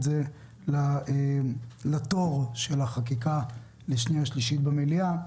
זה לתור של החקיקה לשנייה ושלישית במליאה.